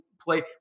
play